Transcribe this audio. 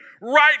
right